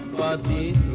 but the